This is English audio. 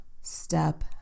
step